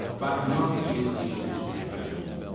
but not in evolutionary terms.